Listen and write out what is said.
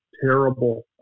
terrible